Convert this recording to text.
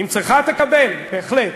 אם צריכה, תקבל, בהחלט.